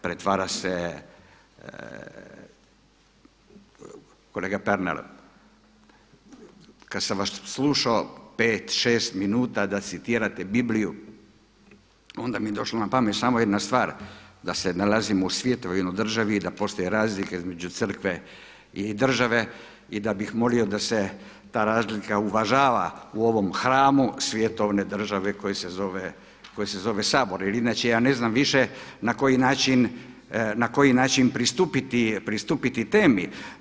Pretvara se, kolega Pernar, kad sam vas slušao pet, šest minuta da citirate Bibliju, onda mi došla na pamet samo jedna stvar, da se nalazim u svijetu, u jednoj državi i da postoje razlike između crkve i države i da bih molio da se ta razlika uvažava u ovom hramu svjetovne države koji se zove Sabor, jer inače ja ne znam više na koji način pristupiti temi.